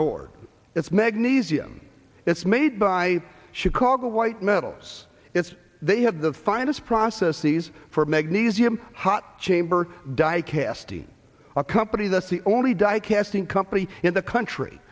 board it's magnesium it's made by chicago white metals it's they have the finest process these for magnesium hot chamber diecast e a company that's the only die casting company in the country